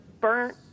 burnt